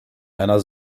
einer